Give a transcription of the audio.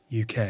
UK